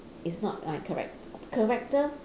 it's not my charac~ character